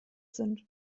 sind